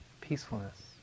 peacefulness